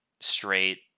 straight